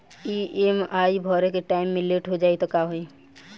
EMI भरे के time मे लेट हो जायी त का होई?